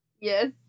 Yes